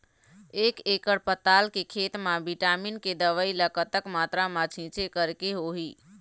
एक एकड़ पताल के खेत मा विटामिन के दवई ला कतक मात्रा मा छीचें करके होही?